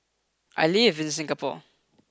I live in Singapore